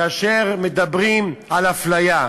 כאשר מדברים על אפליה,